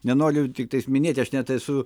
nenoriu tiktais minėti aš net esu